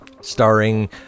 Starring